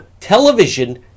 Television